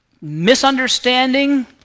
misunderstanding